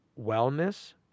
wellness